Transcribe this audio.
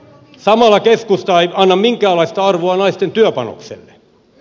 samalla keskusta ei anna minkäänlaista arvoa naisten työpanokselle